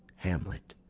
hamlet,